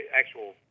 actual